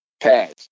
pads